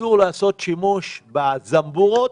אסור לעשות שימוש בזמבורות.